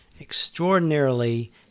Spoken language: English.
extraordinarily